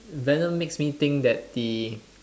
venom makes me think that the